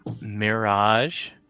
Mirage